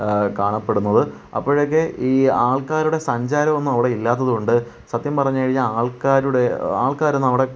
കാണപ്പെടുന്നത് അപ്പോഴേക്കും ഈ ആൾക്കാരുടെ സഞ്ചാരം ഒന്നും അവിടെ ഇല്ലാത്തത് കൊണ്ട് സത്യം പറഞ്ഞു കഴിഞ്ഞാൽ ആൾക്കാരുടെ ആൾക്കാരൊന്നും